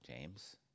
James